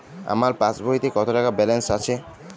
আমার পাসবইতে কত টাকা ব্যালান্স আছে?